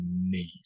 knees